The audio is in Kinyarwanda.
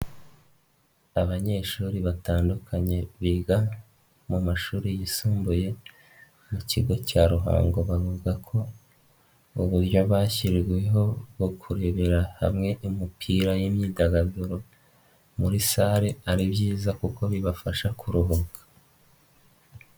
Abanyeshuri batandukanye biga mu mashuri yisumbuye mu kigo cya Ruhango. Bavuga ko uburyo bashyiriweho bwo kurebera hamwe imipira n'imyidagaduro muri salle ari byiza kuko bibafasha kuruhuka.